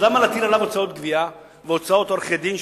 אז למה להטיל עליו הוצאות גבייה והוצאות עורכי-דין,